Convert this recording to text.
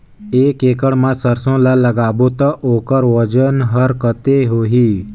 एक एकड़ मा सरसो ला लगाबो ता ओकर वजन हर कते होही?